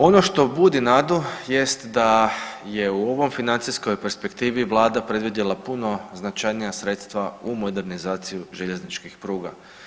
Ono što budi nadu jest da je u ovoj financijskom perspektivi Vlada predvidjela puno značajnija sredstva u modernizaciju željezničkih pruga.